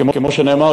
כמו שנאמר,